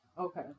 Okay